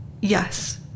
Yes